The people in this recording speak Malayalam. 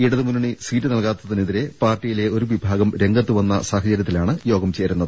ഇടതുമുന്നണി സീറ്റ് നൽകാത്തതിനെതിരെ പാർ ട്ടിയിലെ ഒരു വിഭാഗം രംഗത്ത് വന്ന സാഹചര്യത്തിലാണ് യോഗം ചേരുന്നത്